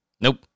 Nope